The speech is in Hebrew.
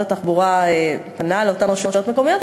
התחבורה שפנה אל אותן רשויות מקומיות,